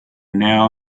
now